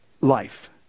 life